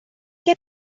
què